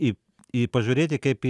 į į pažiūrėti kaip į